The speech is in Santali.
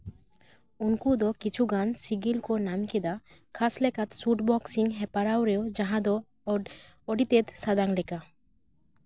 ᱩᱱᱠᱩ ᱫᱚ ᱠᱤᱪᱷᱩᱜᱟᱱ ᱥᱤᱜᱤᱞ ᱠᱚ ᱧᱟᱢ ᱠᱮᱫᱟ ᱠᱷᱟᱥ ᱞᱮᱠᱟᱛᱮ ᱥᱩᱴ ᱵᱚᱠᱥᱤᱝ ᱦᱮᱯᱨᱟᱣ ᱨᱮ ᱡᱟᱦᱟᱸ ᱫᱚ ᱟᱹᱰᱤᱛᱮᱫ ᱥᱟᱫᱟᱱ ᱞᱮᱠᱟ